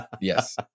Yes